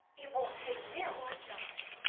it won't take milk it won't die